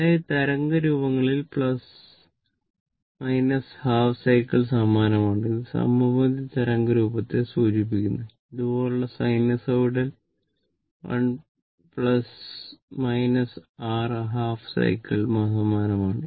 അതായതു തരംഗ രൂപങ്ങളിൽ ഹാഫ് സൈക്കിൾസ് സമാനമാണ് ഇത് സമമിതി തരംഗരൂപത്തെ സൂചിപ്പിക്കുന്നു ഇതുപോലുള്ള സൈനോസോയ്ഡൽ 1 r ഹാഫ് സൈക്കിൾസ് സമാനമാണ്